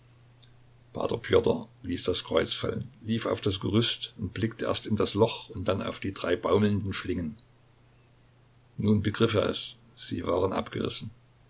ließ das kreuz fallen lief auf das gerüst und blickte erst in das loch und dann auf die drei baumelnden schlingen nun begriff er es sie waren abgerissen